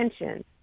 attention